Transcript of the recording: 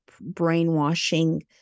brainwashing